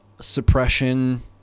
Suppression